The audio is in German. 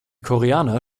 koreaner